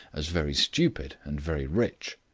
as very stupid and very rich.